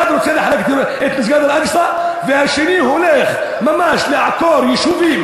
אחד רוצה לחלק את מסגד אל-אקצא והשני הולך ממש לעקור יישובים